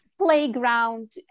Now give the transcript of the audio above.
playground